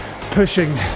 pushing